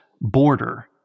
border—